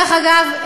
דרך אגב,